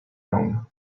own